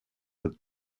with